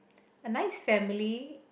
a nice family